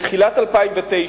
בתחילת 2009,